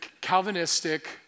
Calvinistic